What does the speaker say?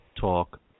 talk